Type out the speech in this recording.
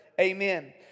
Amen